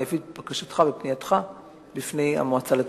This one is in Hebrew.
אני אביא את בקשתך ופנייתך בפני המועצה לתרבות.